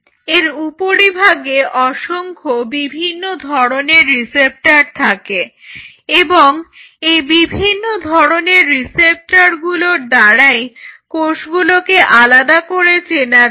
এর উপরিভাগে অসংখ্য বিভিন্ন ধরনের রিসেপ্টর থাকে এবং এই বিভিন্ন ধরনের রিসেপ্টরগুলির দ্বারাই কোষগুলোকে আলাদা করে চেনা যায়